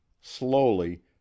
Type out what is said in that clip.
Slowly